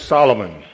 Solomon